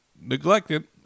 neglected